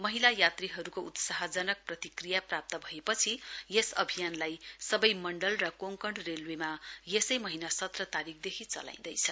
महिला यात्रीहरुको उत्साहजनक प्रतिक्रिया प्राप्त भएपछि यस अभियानलाई सवै मण्डल र कोंकण रेलवेमा यसै महीना सत्र तारीकदेखि चलाइँदैछ